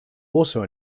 also